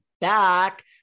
back